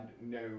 no